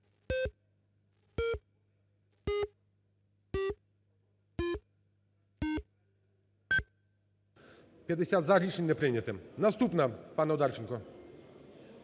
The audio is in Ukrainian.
За-50 Рішення не прийнято. Наступна, пане Одарченко.